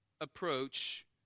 Approach